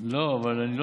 אני לא